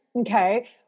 okay